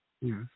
Yes